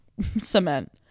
cement